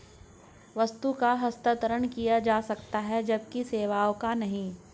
वस्तु का हस्तांतरण किया जा सकता है जबकि सेवाओं का नहीं